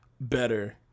better